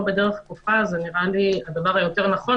זה נראה לי יותר נכון,